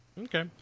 Okay